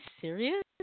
serious